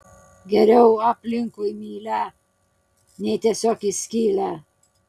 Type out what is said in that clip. geriau aplinkui mylią nei tiesiog į skylę